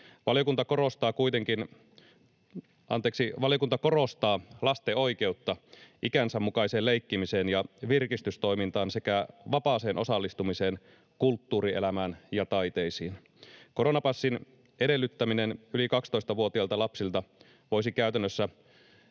Valiokunta korostaa lasten oikeutta ikänsä mukaiseen leikkimiseen ja virkistystoimintaan sekä vapaaseen osallistumiseen kulttuurielämään ja taiteisiin. Koronapassin edellyttäminen yli 12-vuotiailta lapsilta voisi käytännössä